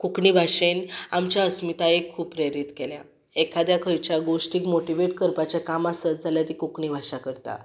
कोंकणी भाशेन आमच्या अस्मितायेक खूब प्रेरीत केल्या एखाद्या खंयच्या गोश्टीक मोटीवेट करपाचें काम आसत जाल्यार ती कोंकणी भाशा करता